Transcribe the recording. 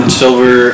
silver